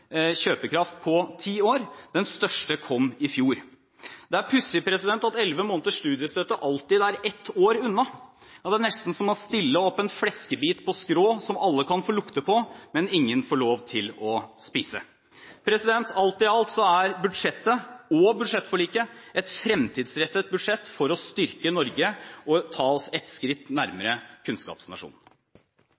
kjøpekraft på ti år. Den største kom i fjor. Det er pussig at 11 måneders studiestøtte alltid er ett år unna. Ja, det er nesten som å stille opp en fleskebit på skrå, som alle kan få lukte på, men som ingen får lov til å spise! Alt i alt er budsjettet – og budsjettforliket – et fremtidsrettet budsjett for å styrke Norge og ta oss ett skritt